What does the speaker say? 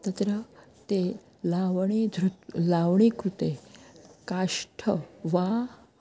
तत्र ते लवणी धृत् लाव्णी कृते काष्ठं वा